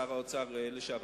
שר האוצר לשעבר,